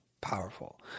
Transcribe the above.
powerful